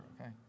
okay